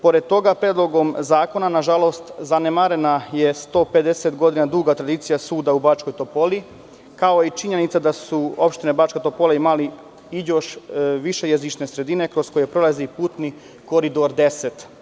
Pored toga, Predlogom zakona, nažalost, zanemarena je 150 godina duga tradicija suda u Bačkoj Topoli, kao i činjenica da su opštine Bačka Topola i Mali Iđoš višejezične sredine kroz koje prolazi putni Koridor 10.